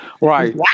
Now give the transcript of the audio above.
Right